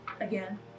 again